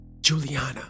Juliana